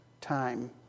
time